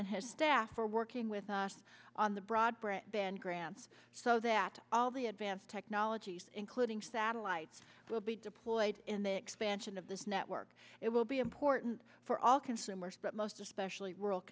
and his staff for working with us on the broad band grants so that all the advanced technologies including satellites will be deployed in the expansion of this network it will be important for all consumers but most especially